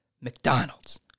McDonald's